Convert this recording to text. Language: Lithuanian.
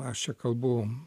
aš čia kalbu